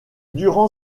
durant